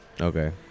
Okay